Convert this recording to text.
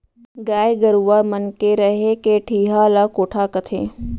गाय गरूवा मन के रहें के ठिहा ल कोठा कथें